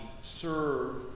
serve